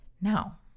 Now